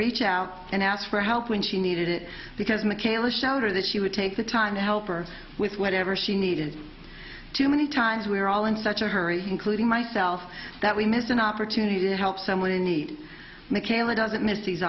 reach out and ask for help when she needed it because mchale showed her that she would take the time to help her with whatever she needed too many times we were all in such a hurry including myself that we missed an opportunity to help someone in need mckayla doesn't miss these